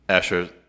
Asher